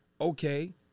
Okay